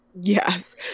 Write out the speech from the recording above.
Yes